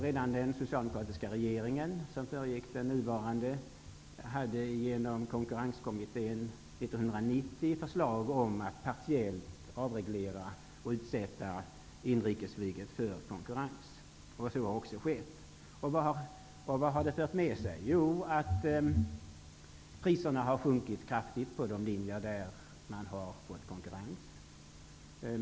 Redan den socialdemokratiska regeringen, som föregick den nuvarande, lade genom Så har också skett. Vad har det fört med sig? Jo, att priserna har sjunkit kraftigt på de linjer där man har fått konkurrens.